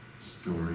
story